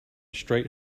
straight